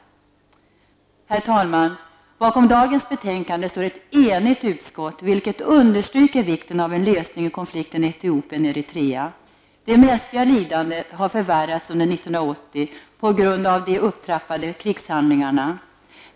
Herr talman! Bakom dagens betänkande står ett enigt utskott, vilket understryker vikten av en lösning i konflikten mellan Etiopien och Eritrea. Det mänskliga lidandet har förvärrats under 1990 på grund av de upptrappade krigshandlingarna.